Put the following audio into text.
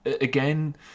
again